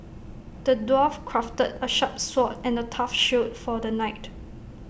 the dwarf crafted A sharp sword and A tough shield for the knight